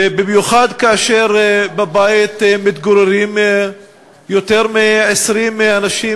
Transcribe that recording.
במיוחד כאשר בבית מתגוררים יותר מ-20 אנשים,